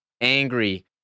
angry